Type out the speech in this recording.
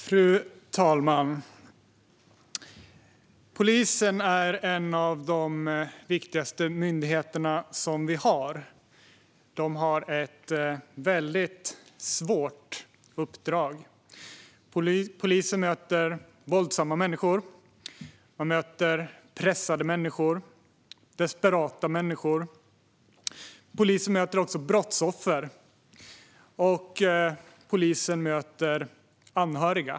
Fru talman! Polisen är en av de viktigaste myndigheter vi har. De har ett svårt uppdrag. Polisen möter våldsamma människor. De möter pressade människor. De möter desperata människor. Polisen möter också brottsoffer. Och polisen möter anhöriga.